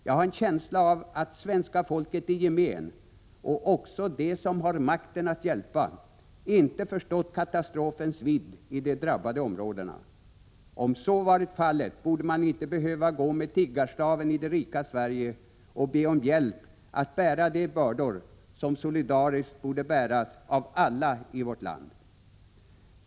Jag har en känsla av att svenska folket i gemen, och också de som har makten att hjälpa, inte förstått katastrofens vidd i de drabbade områdena. Om så varit fallet borde man inte behöva gå med tiggarstaven i det rika Sverige och be om hjälp att bära de bördor som solidariskt borde bäras av alla i vårt land.